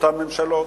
אותן ממשלות,